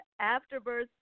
Afterbirth